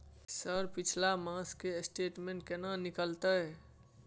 Sir पिछला मास के स्टेटमेंट केना निकलते?